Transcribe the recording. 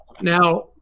Now